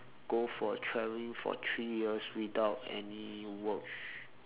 go for traveling for three years without any work